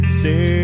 say